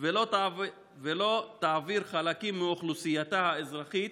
ולא תעביר חלקים מאוכלוסייתה האזרחית